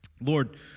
Lord